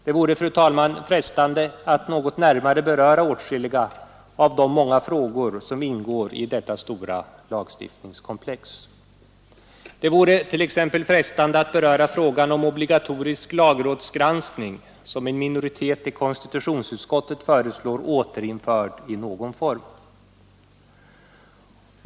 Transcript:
Det vore, fru talman, frestande att något närmare beröra åtskilliga av de många frågor som ingår i detta lagstiftningskomplex. Det vore t.ex. frestande att beröra frågan om obligatorisk lagrådsgranskning, som en minoritet i konstitutionsutskottet föreslår återinförd i någon form.